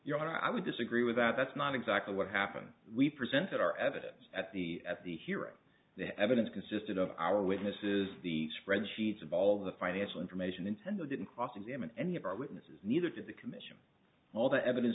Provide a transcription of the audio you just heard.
honor i would disagree with that that's not exactly what happened we presented our evidence at the at the hearing the evidence consisted of our witnesses the spreadsheets of all the financial information intended didn't cross examine any of our witnesses neither did the commission all the evidence